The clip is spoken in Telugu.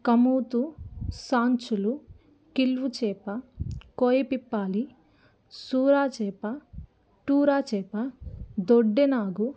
కమూతు సాంచులు కిల్వు చేప కోయిపిప్పాలి సూర చేప టూరా చేప దొడ్డెనాగు